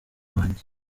wanjye